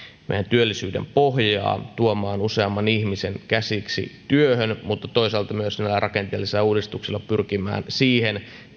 työllisyyden pohjaa tuomaan useamman ihmisen käsiksi työhön mutta toisaalta myös näillä rakenteellisilla uudistuksilla pyrkimään siihen